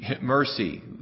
mercy